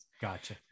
Gotcha